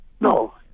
No